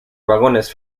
vagones